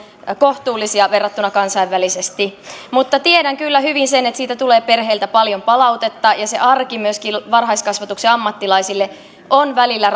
kohtuullisia kansainvälisesti verrattuna mutta tiedän kyllä hyvin sen että siitä tulee perheiltä paljon palautetta ja se arki myöskin varhaiskasvatuksen ammattilaisille on välillä